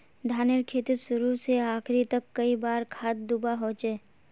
धानेर खेतीत शुरू से आखरी तक कई बार खाद दुबा होचए?